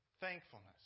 thankfulness